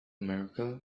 america